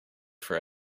for